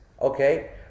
Okay